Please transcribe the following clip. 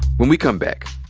when we come back,